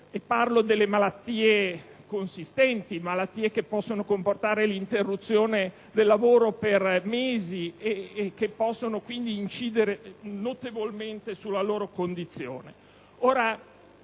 delle malattie consistenti, di quelle che possono comportare l'interruzione del lavoro per mesi e quindi incidere notevolmente sulla loro condizione.